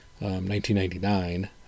1999